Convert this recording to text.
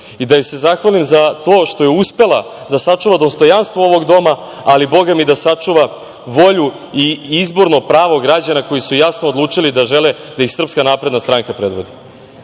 Da joj se zahvalim za to što je uspela da sačuva dostojanstvo ovog doma, ali Boga mi, da sačuva volju i izborno pravo građana koji su jasno odlučili da žele da ih Srpska napredna stranka predvodi. Uverena